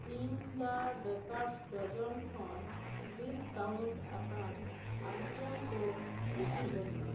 ᱤᱧ ᱫᱟ baker's dozen ᱠᱷᱚᱱ ᱰᱤᱥᱠᱟᱣᱩᱱᱴ ᱟᱠᱟᱱ ᱟᱭᱴᱮᱢ ᱠᱚ ᱩᱫᱩᱜ ᱟᱹᱧ ᱢᱮ